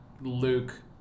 Luke